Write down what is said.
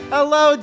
Hello